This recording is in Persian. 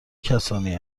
کسانی